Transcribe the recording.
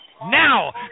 now